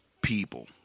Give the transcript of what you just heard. people